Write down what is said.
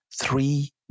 three